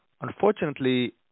Unfortunately